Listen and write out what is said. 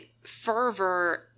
fervor